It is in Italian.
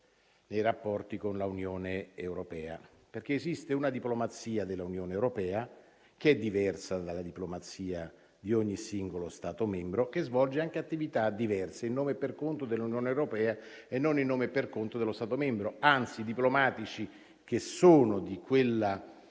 dei rapporti con l'Unione europea. Esiste, infatti, una diplomazia dell'Unione europea che è diversa dalla diplomazia di ogni singolo Stato membro, che svolge anche attività diverse, in nome e per conto dell'Unione europea e non in nome e per conto dello Stato membro. Anzi, i diplomatici che appartengono a quella